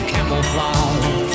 Camouflage